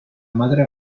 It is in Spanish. madre